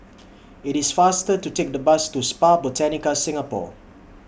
IT IS faster to Take The Bus to Spa Botanica Singapore